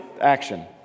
action